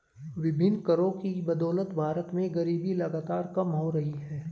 विभिन्न करों की बदौलत भारत में गरीबी लगातार कम हो रही है